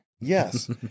Yes